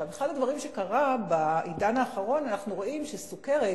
אחד הדברים שקרה בעידן האחרון, אנחנו רואים שסוכרת